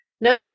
no